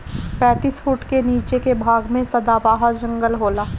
पैतीस फुट के नीचे के भाग में सदाबहार जंगल होला